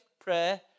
prayer